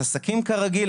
עסקים כרגיל,